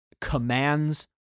commands